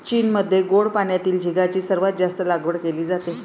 चीनमध्ये गोड पाण्यातील झिगाची सर्वात जास्त लागवड केली जाते